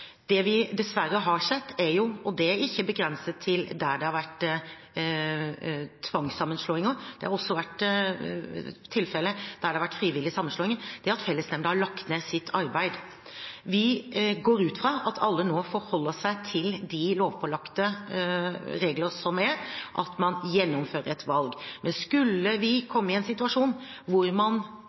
Det er veldig bra. Det vi dessverre har sett – og det er ikke begrenset til der det har vært tvangssammenslåinger, det har også vært tilfellet der det har vært frivillig sammenslåing – er at fellesnemnda har lagt ned sitt arbeid. Vi går ut fra at alle nå forholder seg til de lovpålagte regler som er, at man gjennomfører et valg.